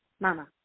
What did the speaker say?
mama